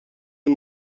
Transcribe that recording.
اون